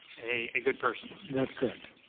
a good person? that's correct.